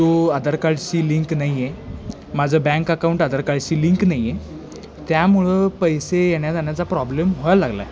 तो आधार कार्डशी लिंक नाही आहे माझं बँक अकाउंट आधार कार्डशी लिंक नाही आहे त्यामुळं पैसे येण्याजाण्याचा प्रॉब्लेम व्हायला लागला आहे